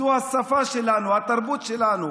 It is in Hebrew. זו השפה שלנו, התרבות שלנו.